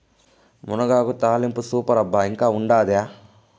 మునగాకు తాలింపు సూపర్ అబ్బా ఇంకా ఉండాదా